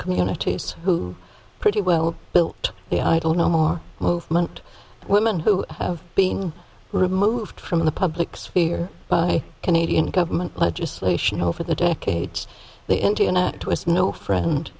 communities who pretty well built the idle no more movement women who have been removed from the public sphere by canadian government legislation over the decades the internet was no friend